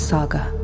Saga